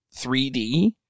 3D